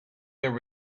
there